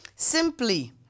simply